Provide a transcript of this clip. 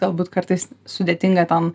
galbūt kartais sudėtinga ten